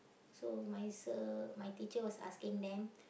so my sir my teacher was asking them